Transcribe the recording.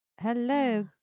Hello